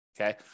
okay